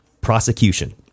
prosecution